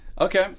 Okay